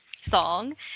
song